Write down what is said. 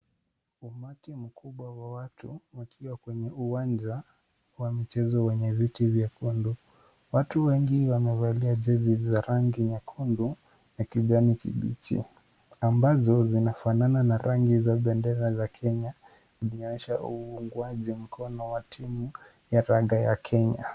Umati mkubwa wa watu, wakiwa kwenye uwanja wa michezo wenye viti vyekundu. Watu wengi wamevalia jezi za rangi nyekundu, na kijani kibichi ambazo zinafanana na rangi za bendera ya Kenya. Inaonyesha uungwaji mkono wa timu ya raga ya Kenya.